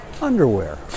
underwear